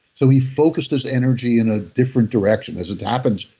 so he focused his energy in a different direction. as it happens,